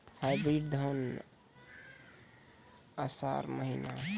Hybrid धान आषाढ़ महीना?